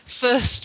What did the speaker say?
first